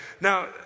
Now